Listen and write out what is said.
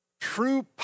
True